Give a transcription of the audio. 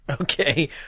Okay